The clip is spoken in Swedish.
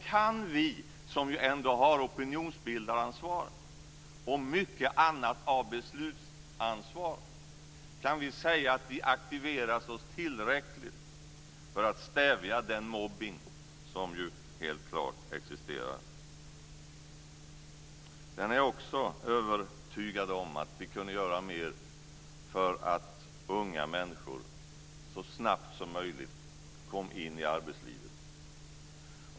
Kan vi som ändå har opinionsbildaransvaret och mycket annat av beslutsansvar säga att vi har aktiverat oss tillräckligt för att stävja den mobbning som ju helt klart existerar? Sedan är jag också övertygad om att vi kunde göra mer för att unga människor så snabbt som möjligt kommer in i arbetslivet.